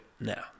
now